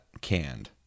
canned